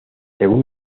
según